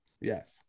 Yes